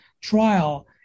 trial